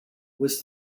was